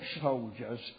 soldiers